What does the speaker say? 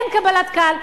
אין קבלת קהל,